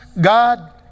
God